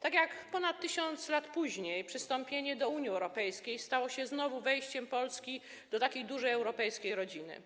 tak jak ponad 1000 lat później przystąpienie do Unii Europejskiej stało się znowu wejściem Polski do takiej dużej europejskiej rodziny.